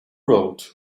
road